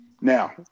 Now